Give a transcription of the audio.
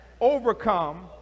overcome